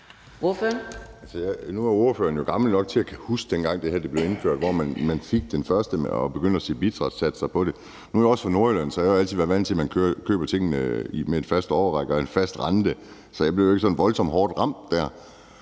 huske, dengang det her blev indført, hvor man fik den første og begyndte at sætte bidragssatser på det. Nu er jeg også fra Nordjylland, så jeg har jo altid været vant til, at man køber tingene over en fast årrække og med en fast rente – så jeg blev ikke sådan voldsomt hårdt ramt der.